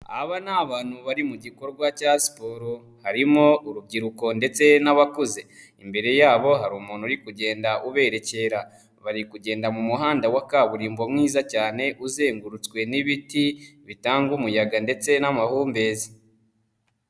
Aba ni abantu bari mu gikorwa cya siporo harimo urubyiruko ndetse n'abakuze. Imbere yabo hari umuntu uri kugenda uberekera, bari kugenda mu muhanda wa kaburimbo mwiza cyane uzengurutswe n'ibiti bitanga umuyaga ndetse n'amahumbezi.